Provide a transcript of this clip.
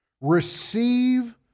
Receive